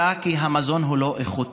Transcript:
אלא כי המזון הוא לא איכותי,